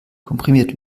komprimiert